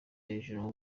hejuru